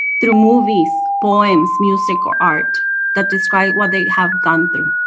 through movies, poems, music, or art that describe what they have gone through.